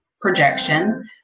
projection